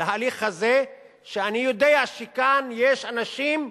להליך הזה, כשאני יודע שכאן יש אנשים,